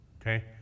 Okay